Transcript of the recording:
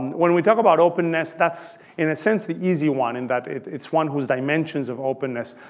when we talk about openness that's, in a sense, the easy one in that it's one whose dimensions of openness.